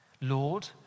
Lord